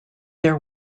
their